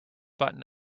button